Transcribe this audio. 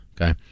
okay